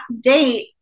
date